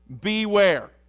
Beware